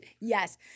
yes